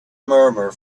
murmur